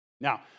Now